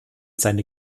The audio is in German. seine